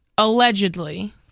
Allegedly